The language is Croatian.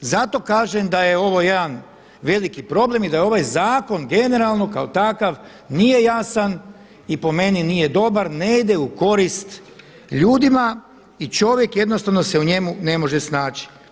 Zato kažem da je ovo jedan veliki problem i da ovaj zakon generalno kao takav nije jasan i po meni nije dobar, ne ide u korist ljudima i čovjek jednostavno se u njemu ne može snaći.